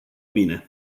bine